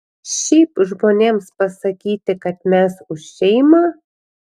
šiaip žmonėms pasakyti kad mes už šeimą